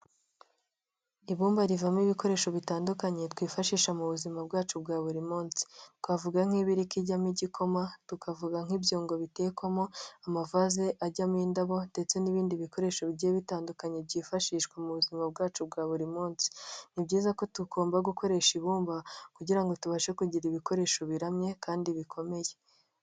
Ibumba rivamo ibikoresho bitandukanye twifashisha mu buzima bwacu bwa buri munsi, twavuga nk'ibirik ijyamo igikoma, tukavuga nk'ibyungo bitekwamo, amavaze ajyamo indabo ndetse n'ibindi bikoresho bigiye bitandukanye byifashishwa mu buzima bwacu bwa buri munsi; ni byiza ko tugomba gukoresha ibumba kugira ngo tubashe kugira ibikoresho biramye kandi bikomeye.